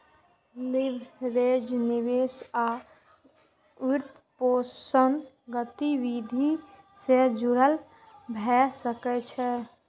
leverage निवेश आ वित्तपोषण गतिविधि सं जुड़ल भए सकै छै